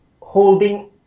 holding